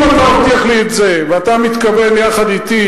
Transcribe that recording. אם אתה מבטיח לי את זה ואתה מתכוון יחד אתי